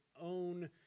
own